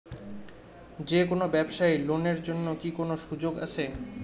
যে কোনো ব্যবসায়ী লোন এর জন্যে কি কোনো সুযোগ আসে?